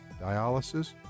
dialysis